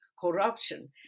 corruption